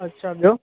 अछा ॿियो